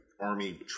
army